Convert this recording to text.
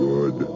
Good